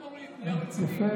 ידעתי,